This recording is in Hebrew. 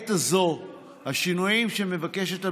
לעת הזו השינויים שמבקשת הממשלה,